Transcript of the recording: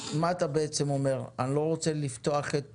אתה בעצם אומר שאתה לא רוצה לפתוח את